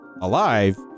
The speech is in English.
alive